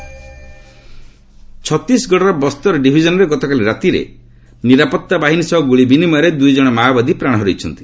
Chhattisgarh Maoist killed ଛତିଶଗଡ଼ର ବସ୍ତର ଡିଭିଜନ୍ରେ ଗତକାଲି ରାତିରେ ନିରାପତ୍ତା ବାହିନୀ ସହ ଗୁଳି ବିନିମୟରେ ଦୁଇ ଜଣ ମାଓବାଦୀ ପ୍ରାଣ ହରାଇଛନ୍ତି